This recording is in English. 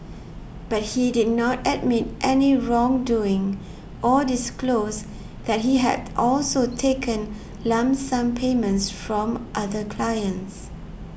but he did not admit any wrongdoing or disclose that he had also taken lump sum payments from other clients